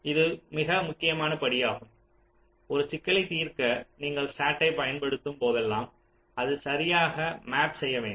இது மிக முக்கியமான படியாகும் ஒரு சிக்கலை தீர்க்க நீங்கள் SAT ஐப் பயன்படுத்தும் போதெல்லாம் அதை சரியாக மேப் செய்ய வேண்டும்